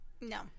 no